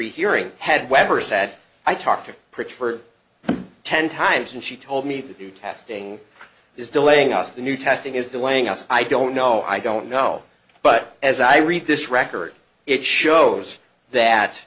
said i talk to preach for ten times and she told me to do testing is delaying us the new testing is delaying us i don't know i don't know but as i read this record it shows that